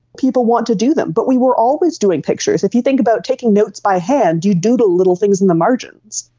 people want to do them, but we were always doing pictures. if you think about taking notes by hand, you doodle little things in the margins.